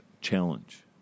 challenge